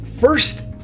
first